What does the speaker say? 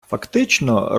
фактично